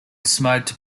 smoked